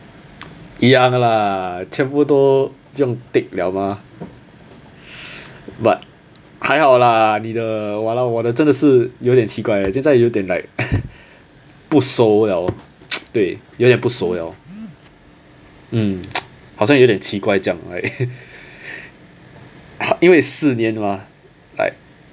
一样啦全部都不用 take liao mah but 还好 lah 你的 !walao! 我的真的是有点奇怪现在有点 like 不熟了对有点不熟了 mm 好像有点奇怪这样 right 因为四年 mah like